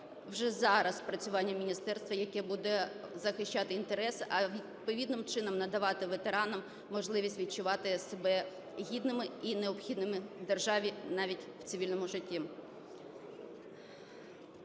вже зараз працювання міністерства, яке буде захищати інтерес, а відповідним чином надавати ветеранам можливість відчувати себе гідними і необхідними державі навіть в цивільному житті.